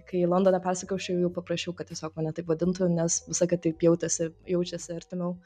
kai į londoną persikrausčiau jau paprašiau kad tiesiog mane taip vadintų nes visą laiką taip jautėsi jaučiasi artimiau